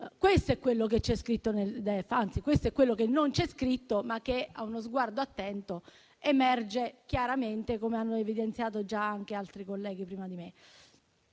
questo è quello che non c'è scritto, ma che, ad uno sguardo attento, emerge chiaramente, come hanno evidenziato già anche altri colleghi prima di me.